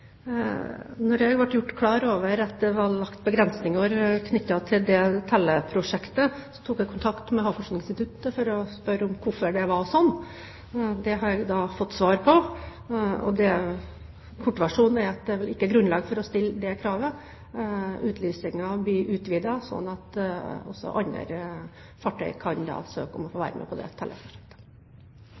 klar over at det var lagt begrensninger knyttet til dette telleprosjektet, tok jeg kontakt med Havforskningsinstituttet for å spørre om hvorfor det var slik. Det har jeg fått svar på. Kortversjonen er at det er ikke grunnlag for å stille et slikt krav. Utlysingen blir utvidet, slik at også andre fartøy kan søke om å få være med på